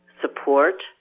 support